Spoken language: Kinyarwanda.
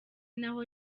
naho